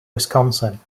wisconsin